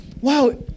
wow